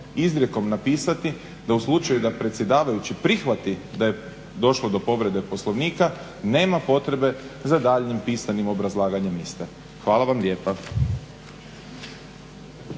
izrijekom napisati da u slučaju da predsjedavajući prihvati da je došlo do povrede Poslovnika nema potrebe za daljnjim pisanim obrazlaganjem iste. Hvala vam lijepa.